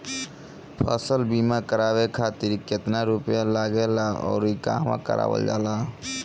फसल बीमा करावे खातिर केतना रुपया लागेला अउर कहवा करावल जाला?